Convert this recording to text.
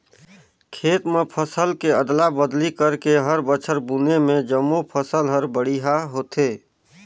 खेत म फसल के अदला बदली करके हर बछर बुने में जमो फसल हर बड़िहा होथे